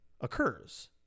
occurs